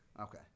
okay